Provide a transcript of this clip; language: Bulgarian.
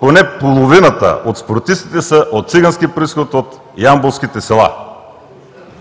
поне половината от спортистите са от цигански произход от ямболските села.